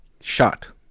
shot